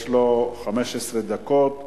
יש לו 15 דקות.